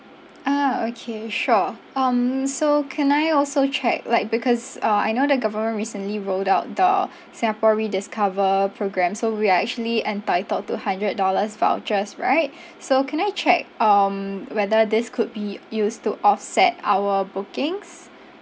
ah okay sure um so can I also check like because uh I know the government recently rolled out the singapore rediscover programme so we are actually entitled to hundred dollars vouchers right so can I check um whether this could be used to offset our bookings